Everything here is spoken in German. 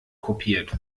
kopiert